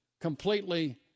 completely